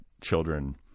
children